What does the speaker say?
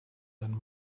than